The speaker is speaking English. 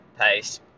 pace